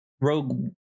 Rogue